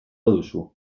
duzu